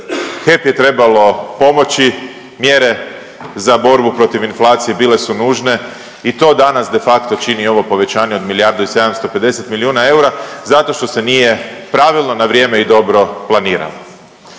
HEP je trebalo pomoći, mjere za borbu protiv inflacije bile su nužne i to danas de facto čini ovo povećanje od milijardu i 750 milijuna eura zato što se nije pravilno, na vrijeme i dobro planiralo.